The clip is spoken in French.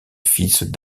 fils